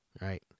Right